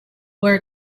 were